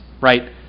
right